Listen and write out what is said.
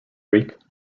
greek